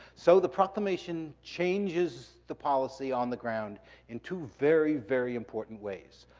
so, the proclamation changes the policy on the ground in two very, very important ways.